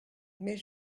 mais